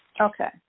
Okay